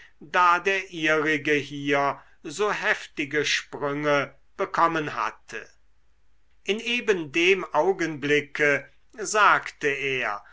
da der ihrige hier so heftige sprünge bekommen hatte in eben dem augenblicke sagte er